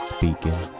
Speaking